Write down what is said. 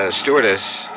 stewardess